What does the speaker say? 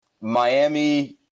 Miami